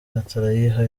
gatarayiha